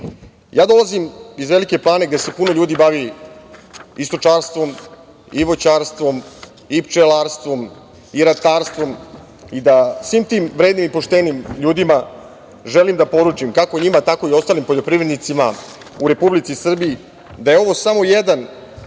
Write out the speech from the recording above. sektore. Dolazim iz Velike Plane, gde se puno ljudi bavi i stočarstvom i voćarstvom i pčelarstvom i ratarstvom i svim tim vrednim i poštenim ljudima želim da poručim, kako njima tako i ostalim poljoprivrednicima u Republici Srbiji, da je ovo samo jedan